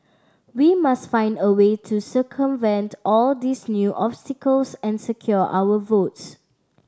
we must find a way to circumvent all these new obstacles and secure our votes